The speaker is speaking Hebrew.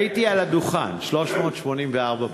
הייתי על הדוכן 384 פעמים.